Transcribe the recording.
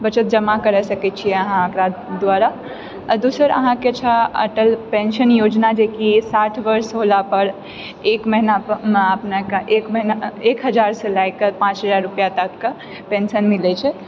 बचत जमा करऽ सकैत छिऐ अहाँ अकरा द्वारा आ दोसर अहाँकेँ छै अटल पेंशन योजना जे कि साठि वर्ष होला पर एक महिनामे अपनेकेँ एक महिना एक हजारसँ लए कऽ पांँच हजार रुपाआ तकके पेंशन मिलैत छै